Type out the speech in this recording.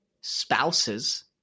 spouse's